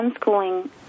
unschooling